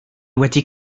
wedi